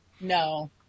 no